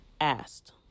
asked